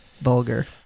vulgar